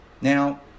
Now